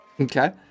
Okay